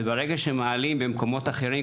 וברגע שמעלים במקומות אחרים,